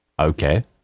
okay